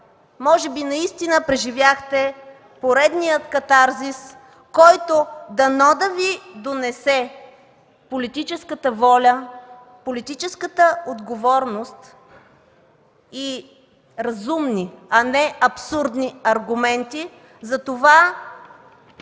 може би наистина преживяхте поредния катарзис, който дано да Ви донесе политическата воля, политическата отговорност и разумни, а не абсурдни аргументи за това,